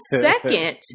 Second